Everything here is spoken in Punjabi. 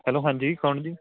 ਹੈਲੋ ਹਾਂਜੀ ਕੌਣ ਜੀ